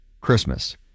Christmas